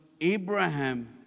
Abraham